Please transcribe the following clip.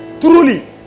truly